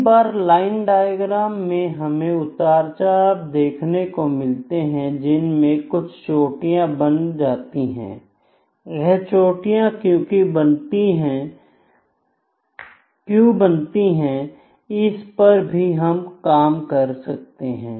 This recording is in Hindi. कई बार लाइन डायग्राम में हमें उतार चढ़ाव देखने को मिलते हैं जिनमें कुछ चोटियां बन जाती हैं यह चोटी क्यों बनती है इस पर भी हम काम कर सकते हैं